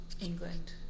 England